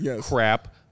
crap